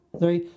three